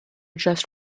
just